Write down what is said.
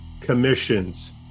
commissions